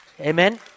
Amen